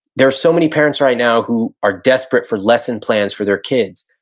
there are so many parents right now who are desperate for lesson plans for their kids.